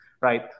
right